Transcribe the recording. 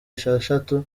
esheshatu